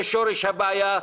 זה שורש הבעיה.